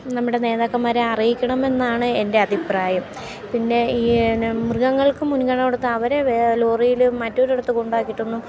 നമ്മുടെ നേതാക്കന്മാരെ അറിയിക്കണമെന്നാണ് എൻ്റെ അഭിപ്രായം പിന്നെ ഈ പിന്നെ മൃഗങ്ങൾക്ക് മുൻഗണന കൊടുത്താൽ അവരെ ലോറിയിലും മറ്റൊരിടത്ത് കൊണ്ടാക്കിയിട്ടൊന്നും